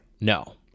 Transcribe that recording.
No